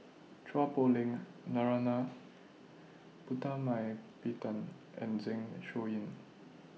Chua Poh Leng Narana Putumaippittan and Zeng Shouyin